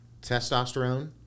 testosterone